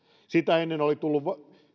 sitä ennen oli tullut